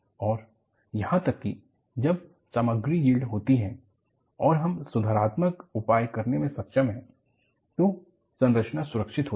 और यहां तक कि जब सामग्री यील्ड होती है और हम सुधारात्मक उपाय करने में सक्षम हैं तो संरचना सुरक्षित होती है